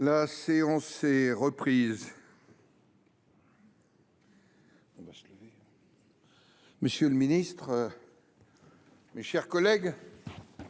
La séance est reprise. Monsieur le ministre délégué, mes chers collègues,